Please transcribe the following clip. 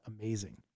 amazing